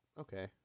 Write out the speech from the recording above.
okay